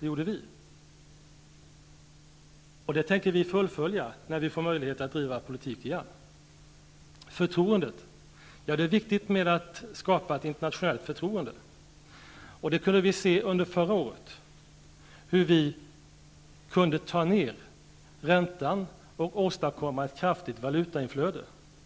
Det gjorde vi, och det tänker vi fullfölja när vi igen får möjlighet att driva vår politik. Det är viktigt att skapa ett internationellt förtroende. Det kunde vi se under förra året. Vi kunde få ner räntan och åstadkomma ett kraftigt valutainflöde.